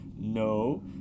No